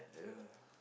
yeah